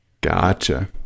gotcha